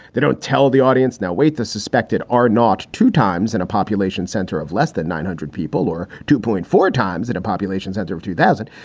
they don't tell the audience. now, wait, the suspected are not. two times in a population center of less than nine hundred people or two point four times at a population center of two thousand,